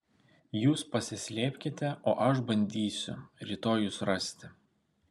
jūs pasislėpkite o aš bandysiu rytoj jus rasti